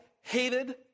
hated